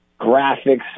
graphics